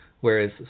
Whereas